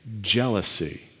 jealousy